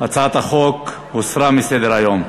הצעת החוק הוסרה מסדר-היום.